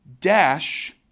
dash